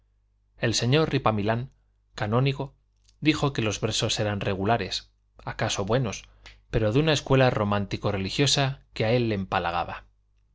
el señor ripamilán canónigo dijo que los versos eran regulares acaso buenos pero de una escuela romántico religiosa que a él le empalagaba